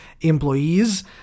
employees